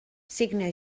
signe